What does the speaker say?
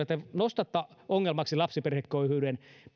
te nostatte ongelmaksi lapsiperheköyhyyden